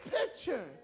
picture